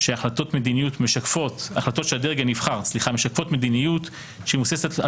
שהחלטות של הדרג הנבחר משקפות מדיניות שמבוססת על